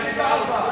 היה גם שר האוצר.